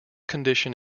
condition